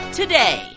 today